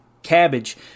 cabbage